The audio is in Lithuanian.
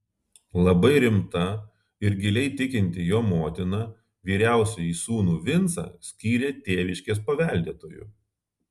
labai rimta ir giliai tikinti jo motina vyriausiąjį sūnų vincą skyrė tėviškės paveldėtoju